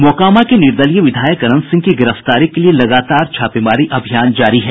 मोकामा के निर्दलीय विधायक अनंत सिंह की गिरफ्तारी के लिए लगातार छापेमारी अभियान जारी है